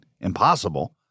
impossible